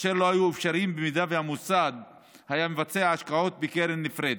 והדבר לא היה אפשרי אם המוסד היה מבצע השקעות בקרן נפרדת.